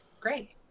great